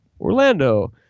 Orlando